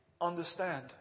understand